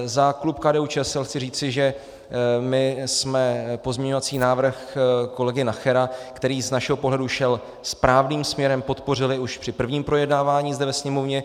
Za klub KDUČSL chci říci, že jsme pozměňovací návrh kolegy Nachera, který z našeho pohledu šel správným směrem, podpořili už při prvním projednávání zde ve Sněmovně.